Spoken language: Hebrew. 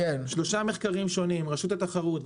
שלושה מחקרים שונים רשות התחרות,